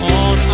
on